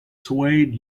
swayed